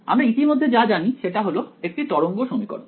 আমরা ইতিমধ্যে যা জানি সেটা হল একটি তরঙ্গ সমীকরণ